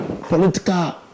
political